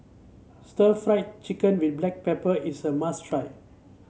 Stir Fried Chicken with Black Pepper is a must try